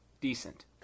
decent